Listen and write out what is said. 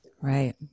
Right